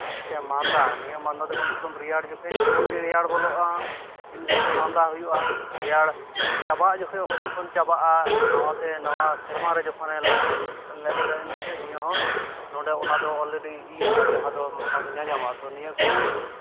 ᱥᱮ ᱢᱟᱫᱟ ᱱᱤᱭᱟᱹ ᱢᱟᱫᱟ ᱫᱚ ᱠᱚᱢ ᱥᱮ ᱠᱚᱢ ᱨᱮᱭᱟᱲ ᱡᱚᱠᱷᱮᱡ ᱡᱚᱠᱷᱚᱱ ᱜᱮ ᱨᱮᱭᱟᱲ ᱵᱚᱞᱚᱜᱼᱟ ᱤᱱ ᱥᱚᱢᱚᱭ ᱜᱮ ᱢᱟᱫᱟ ᱦᱩᱭᱩᱜᱼᱟ ᱨᱮᱭᱟᱲ ᱪᱟᱵᱟᱜ ᱡᱚᱠᱷᱮᱡ ᱦᱚᱸ ᱡᱚᱠᱷᱚᱱ ᱪᱟᱵᱟᱜᱼᱟ ᱱᱟᱣᱟᱛᱮ ᱱᱚᱣᱟ ᱥᱮᱨᱢᱟ ᱨᱮ ᱡᱚᱠᱷᱚᱱᱮ ᱞᱮᱵᱮᱫᱟ ᱤᱱ ᱡᱚᱠᱷᱚᱡ ᱱᱤᱭᱟᱹ ᱦᱚᱸ ᱱᱚᱰᱮ ᱱᱚᱣᱟ ᱫᱚ ᱚᱞᱨᱮᱰᱤ ᱤᱭᱟᱹᱜᱼᱟ ᱡᱟᱦᱟᱸ ᱫᱚ ᱚᱱᱟ ᱠᱚ ᱧᱟᱧᱟᱢᱟ ᱛᱚ ᱱᱤᱭᱟᱹ ᱠᱩ